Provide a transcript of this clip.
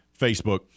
Facebook